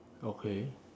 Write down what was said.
okay